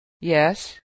Yes